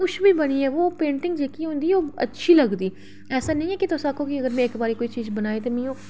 किश बी बनी जा ते ओह् जेह्की पेंटिंग होंदी ओह् अच्छी लगदी ते ऐसा निं ऐ की में इक बारी कोई चीज बनाई ओह्